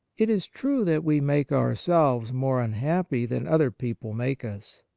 it is true that we make ourselves more unhappy than other people make us.